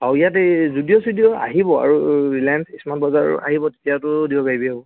আৰু ইয়াতে জুডিঅ' চুডিঅ' আহিব আৰু ৰিলায়েন্স স্মাৰ্ট বজাৰ আহিব তেতিয়াতো দিব পাৰিবি আৰু